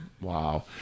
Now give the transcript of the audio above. wow